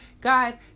God